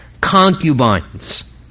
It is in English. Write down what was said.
concubines